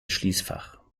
schließfach